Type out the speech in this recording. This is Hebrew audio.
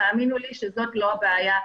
תאמינו לי שזאת לא הבעיה.